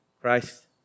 Christ